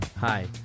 Hi